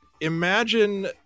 imagine